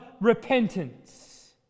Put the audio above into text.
repentance